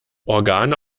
organe